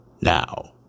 Now